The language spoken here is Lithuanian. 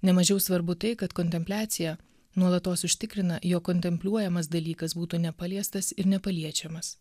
ne mažiau svarbu tai kad kontempliacija nuolatos užtikrina jog kontempliuojamas dalykas būtų nepaliestas ir nepaliečiamas